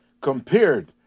compared